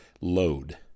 load